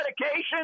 medication